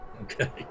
Okay